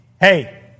hey